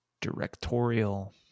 directorial